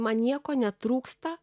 man nieko netrūksta